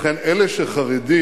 לכן, אלה שחרדים,